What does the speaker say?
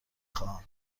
خواهم